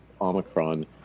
Omicron